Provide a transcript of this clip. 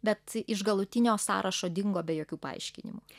bet iš galutinio sąrašo dingo be jokių paaiškinimų